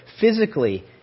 physically